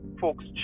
folks